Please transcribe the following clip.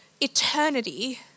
eternity